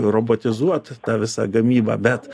robotizuot tą visą gamybą bet